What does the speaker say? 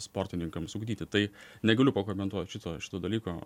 sportininkams ugdyti tai negaliu pakomentuot šito šito dalyko